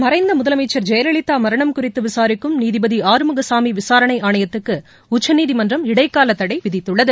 மறைந்த முதலமைச்சா் ஜெயலலிதா மரணம் குறித்து விசாரிக்கும் நீதிபதி ஆறுமுகசாமி விசாரணை ஆணையத்துக்கு உச்சநீதிமன்றம் இடைக்கால தடை விதித்துள்ளது